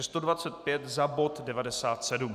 125 za bod 97.